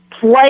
play